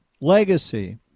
legacy